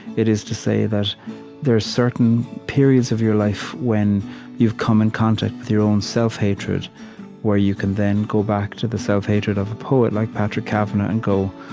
it is to say that there are certain periods of your life when you've come in contact with your own self-hatred, where you can then go back to the self-hatred of the poet, like patrick kavanagh, and go,